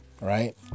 Right